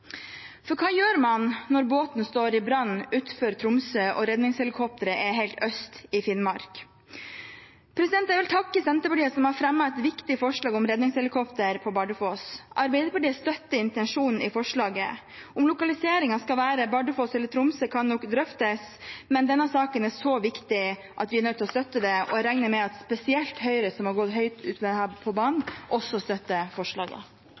For hva gjør man når båten står i brann utenfor Tromsø og redningshelikopteret er helt øst i Finnmark? Jeg vil takke Senterpartiet som har fremmet et viktig forslag om redningshelikopter på Bardufoss. Arbeiderpartiet støtter intensjonen i forslaget. Om lokaliseringen skal være Bardufoss eller Tromsø, kan nok drøftes, men denne saken er så viktig at vi er nødt til å støtte det, og jeg regner med at spesielt Høyre, som har gått høyt ut på banen, også støtter forslaget.